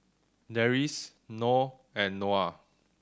Deris Noh and Noah